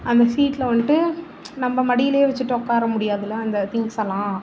அந்த சீட்டில் வந்துட்டு நம்ம மடியிலேயே வைச்சுட்டு உட்கார முடியாதில்ல அந்த திங்க்ஸ் எல்லாம்